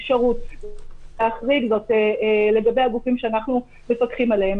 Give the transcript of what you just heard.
אפשרות להחריג זאת לגבי הגופים שאנחנו מפקחים עליהם